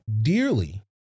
dearly